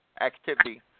activity